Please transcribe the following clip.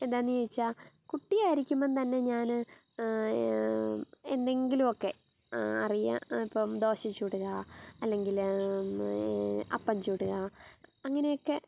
എന്താണെന്ന് ചോദിച്ചാൽ കുട്ടിയായിരിക്കുമ്പം തന്നെ ഞാൻ എന്തെങ്കിലുമൊക്കെ അറിയാം ഇപ്പം ദോശ ചുടുക അല്ലെങ്കിൽ അപ്പം ചുടുക അങ്ങനെയൊക്കെ